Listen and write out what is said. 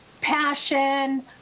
passion